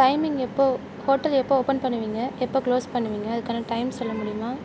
timing எப்போது hotel எப்போது open பண்ணுவிங்க எப்போ க்ளோஸ் பண்ணுவிங்கள் அதுக்கான டைம் சொல்ல முடியுமா